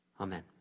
Amen